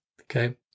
okay